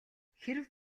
хэрэв